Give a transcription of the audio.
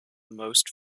most